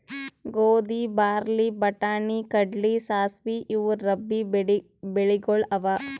ಗೋಧಿ, ಬಾರ್ಲಿ, ಬಟಾಣಿ, ಕಡ್ಲಿ, ಸಾಸ್ವಿ ಇವು ರಬ್ಬೀ ಬೆಳಿಗೊಳ್ ಅವಾ